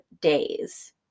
days